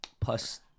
plus